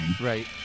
Right